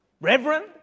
reverend